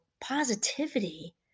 positivity